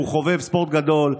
שהוא חובב ספורט גדול,